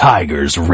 Tigers